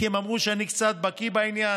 כי הם אמרו שאני קצת בקי בעניין,